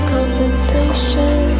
Compensation